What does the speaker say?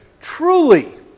truly